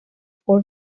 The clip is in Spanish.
por